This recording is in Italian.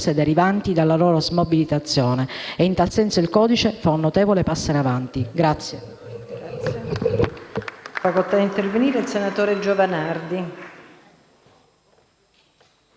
derivanti dalla loro smobilitazione; in tal senso, il codice fa un notevole passo in avanti.